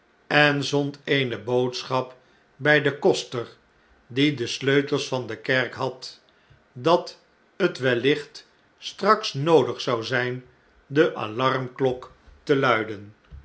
en zond eene boodschap bfl den koster die de sleutels van de kerk had dat hetwellicht straks noodig zou zjjn de alarmklok te luiden